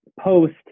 post